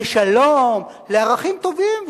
לשלום, לערכים טובים.